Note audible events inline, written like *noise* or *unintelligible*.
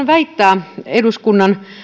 *unintelligible* väittää eduskunnan